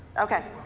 okay.